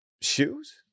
shoes